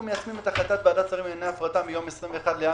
אנחנו מיישמים את החלטת ועדת שרים לענייני הפרטה מיום 21.1.2020